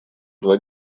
два